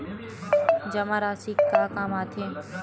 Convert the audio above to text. जमा राशि का काम आथे?